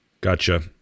Gotcha